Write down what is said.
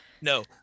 no